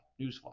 Newsflash